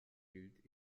gilt